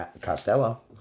Costello